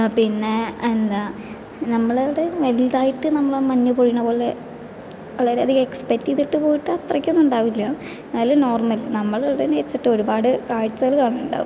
പിന്നെ എന്താ നമ്മളവിടെ വലുതായിട്ട് നമ്മള് മഞ്ഞു പൊഴിയണ പോലെ വളരെയധികം എക്സ്പെക്റ്റ് ചെയ്തിട്ട് പോയിട്ട് അത്രയ്ക്കൊന്നും ഉണ്ടാവില്ല എന്നാലും നോർമലി നമ്മളിവിടെ ഒരുപാട് കാഴ്ചകള് കാണാനുണ്ടാവും